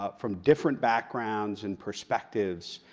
ah from different backgrounds and perspectives,